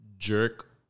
Jerk